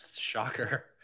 shocker